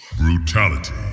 Brutality